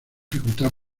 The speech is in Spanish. dificultad